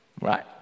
right